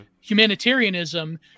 humanitarianism